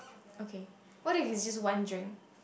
okay what if is just one drink